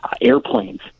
airplanes